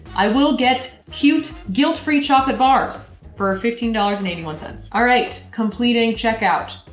i will get cute guilt free chocolate bars for fifteen dollars and eighty one cents alright, completing checkout.